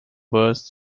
was